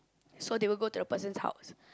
so they will go to the person's house